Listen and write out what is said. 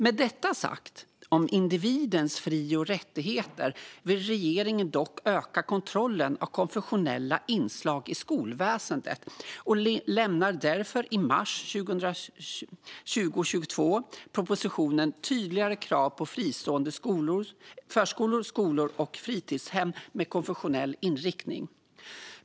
Med detta sagt om individens fri och rättigheter vill regeringen dock öka kontrollen av konfessionella inslag i skolväsendet och lämnade därför i mars 2022 propositionen Tydligare krav på fristående förskolor, skolor och fritidshem med konfessionell inriktning .